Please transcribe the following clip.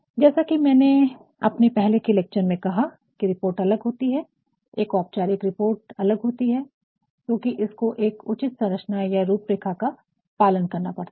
जैसा कि मैंने अपने पहले के लेक्चर में कहा कि रिपोर्ट अलग होती है एक औपचारिक रिपोर्ट अलग होती है क्योंकि इसको एक उचित संरचना या रूपरेखा का पालन करना पड़ता है